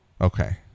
Okay